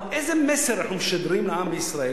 איזה מסר אנחנו משדרים לעם בישראל,